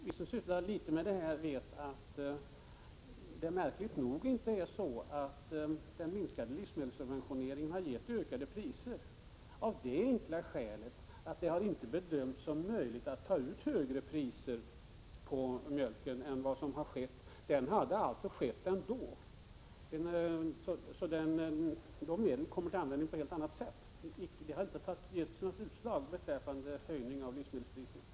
Den minskade livsmedelssubventioneringen har — märkligt nog — inte skapat ökade priser, av det enkla skälet att det inte har bedömts möjligt att ta ut högre priser på mjölken. Man subventionerar alltså ändå, men på ett helt annat sätt. Borttagandet har inte gett något utslag i form av höjning av livsmedelspriserna.